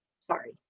sorry